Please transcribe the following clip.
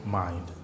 mind